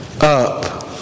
up